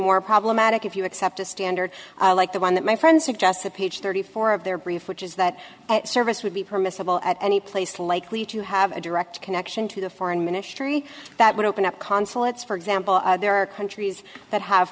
more problematic if you up to standard like the one that my friend suggests that page thirty four of their brief which is that service would be permissible at any place likely to have a direct connection to the foreign ministry that would open up consulates for example there are countries that have